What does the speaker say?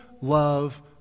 love